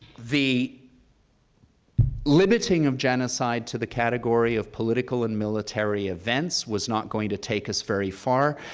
the limiting of genocide to the category of political and military events was not going to take us very far,